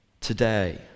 today